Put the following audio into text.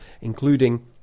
including